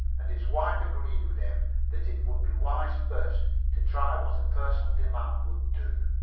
and his wife agreed with him that it would be wise first to try what a personal demand would do.